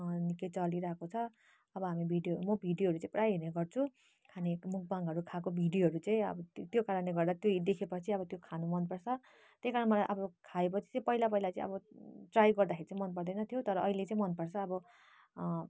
निकै चलिरहेको छ अब हामी भिडियो म भिडियोहरू चाहिँ प्रायः हेर्ने गर्छु खाने मुकबाङहरू खाएको भिडियोहरू चाहिँ अब त्यो कारणले गर्दा त्यो देखेपछि अब त्यो खानुपर्छ त्यही कारणले मलाई अब खायोपछि चाहिँ पहिला पहिला चाहिँ अब ट्राई गर्दाखेरि चाहिँ मनपर्दैन थियो तर अहिले चाहिँ मनपर्छ अब